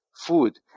food